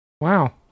Wow